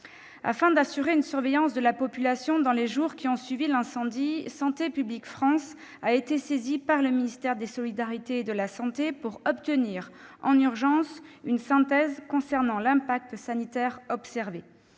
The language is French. Afin d'assurer une surveillance de la population dans les jours suivant l'incendie, Santé publique France a été saisie par le ministère des solidarités et de la santé pour la réalisation en urgence d'une synthèse concernant l'incidence sanitaire observée.